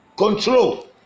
Control